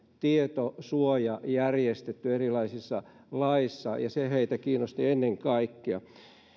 tietosuoja järjestetty erilaisissa laeissa se kiinnosti heitä ennen kaikkea